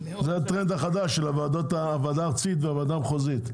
זה הטרנד החדש של הוועדה הארצית והוועדה המחוזית.